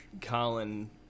Colin